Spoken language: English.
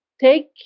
take